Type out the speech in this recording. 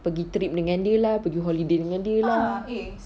pergi trip dengan dia lah pergi holiday dengan dia lah